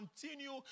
continue